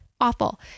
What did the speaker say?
Awful